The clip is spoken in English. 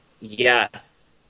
Yes